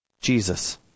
Jesus